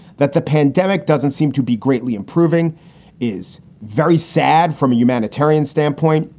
that the pandemic doesn't seem to be greatly improving is very sad from a humanitarian standpoint.